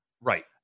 Right